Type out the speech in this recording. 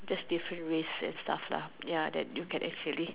just different race and stuff lah ya that you can actually